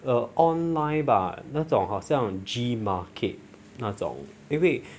online 吧那种好像 G market 那种因为